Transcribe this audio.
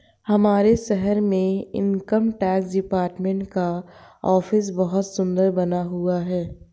हमारे शहर में इनकम टैक्स डिपार्टमेंट का ऑफिस बहुत सुन्दर बना हुआ है